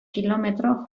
kilometro